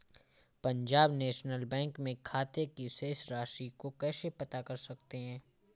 Punjab National Bank में खाते की शेष राशि को कैसे पता कर सकते हैं?